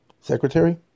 secretary